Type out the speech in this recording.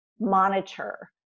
monitor